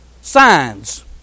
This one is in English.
signs